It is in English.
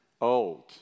old